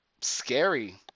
scary